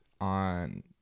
on